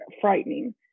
frightening